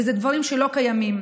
ואלה דברים שלא קיימים.